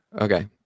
Okay